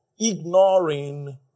ignoring